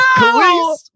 No